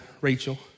Rachel